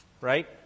Right